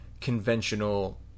conventional